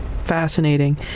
Fascinating